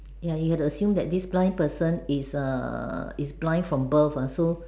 ya you have to assume that this blind person is err is blind from birth uh so